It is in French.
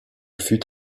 fut